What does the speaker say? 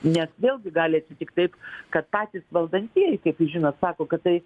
nes vėlgi gali atsitikt taip kad patys valdantieji kaip jūs žinot sako kad tai